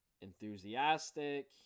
enthusiastic